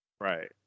Right